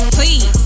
Please